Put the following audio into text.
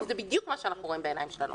כי זה בדיוק מה שאנחנו רואים בעיניים שלנו